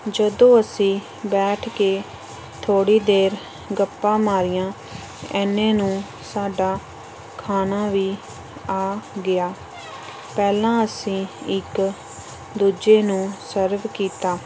ਜਦੋਂ ਅਸੀਂ ਬੈਠ ਕੇ ਥੋੜ੍ਹੀ ਦੇਰ ਗੱਪਾਂ ਮਾਰੀਆਂ ਇੰਨੇ ਨੂੰ ਸਾਡਾ ਖਾਣਾ ਵੀ ਆ ਗਿਆ ਪਹਿਲਾਂ ਅਸੀਂ ਇੱਕ ਦੂਜੇ ਨੂੰ ਸਰਵ ਕੀਤਾ